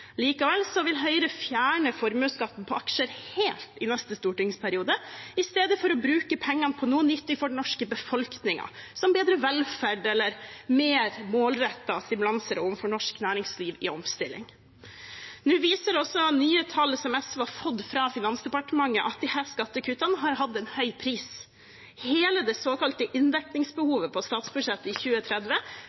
Likevel vil Høyre fjerne formuesskatten på aksjer helt i neste stortingsperiode i stedet for å bruke pengene på noe nyttig for den norske befolkningen, som bedre velferd eller mer målrettete stimulanser overfor norsk næringsliv i omstilling. Nå viser også nye tall som SV har fått fra Finansdepartementet, at disse skattekuttene har hatt en høy pris. Hele det såkalte inndekningsbehovet på statsbudsjettet i 2030